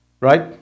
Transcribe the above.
Right